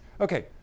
Okay